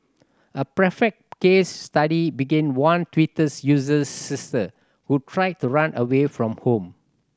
a perfect case study being one Twitters user's sister who tried to run away from home